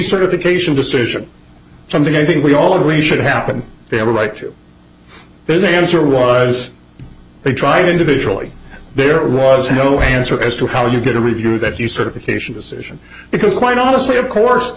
decertification decision something i think we all agree should happen they have a right too there's answer was they tried individually there was no answer as to how you get a review that you sort of acacia decision because quite honestly of course the